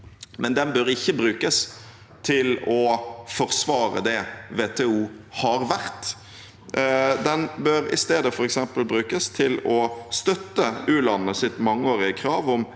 WTO. Den bør ikke brukes til å forsvare det WTO har vært. Den bør i stedet f.eks. brukes til å støtte u-landenes mangeårige krav om